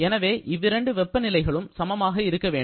எனவே இவ்விரண்டு வெப்ப நிலைகளும் சமமாக இருக்க வேண்டும்